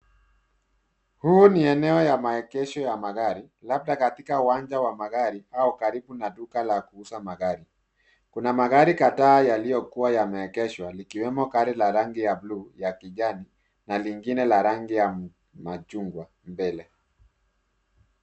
Huu ni eneo ya maegesho ya magari labda katika uwanja wa magari au karibu na duka la kuuza magari, kuna magari kadhaa yaliyokua yameegeshwa likiwemo gari la rangi ya bluu ya kijani na lingine ya rangi ya machungwa mbele.